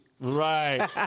Right